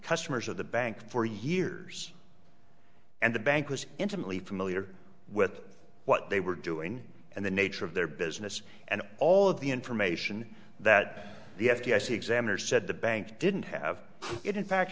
customers of the bank for years and the bank was intimately familiar with what they were doing and the nature of their business and all of the information that the f b i s examiner said the bank didn't have it in fact